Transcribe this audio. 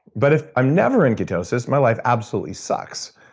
but if i'm never in ketosis my life absolutely sucks.